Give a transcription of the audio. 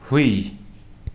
ꯍꯨꯏ